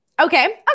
okay